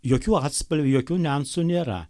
jokių atspalvių jokių niuansų nėra